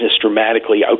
dramatically